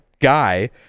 guy